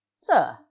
sir